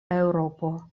eŭropo